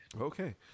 Okay